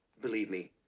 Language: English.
believe me,